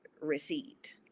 receipt